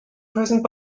present